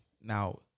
Now